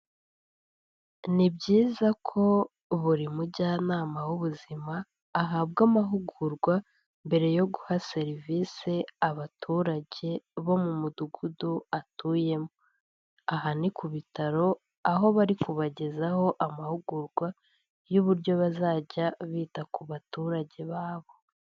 Ni byiza ko buri mujyanama w'ubuzima ahabwa amahugurwa, mbere yo guha serivisi abaturage bo mu mudugudu atuyemo, aha ni ku bitaro aho bari kubagezaho amahugurwa y'uburyo bazajya bita ku baturage babo.